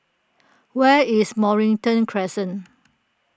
where is Mornington Crescent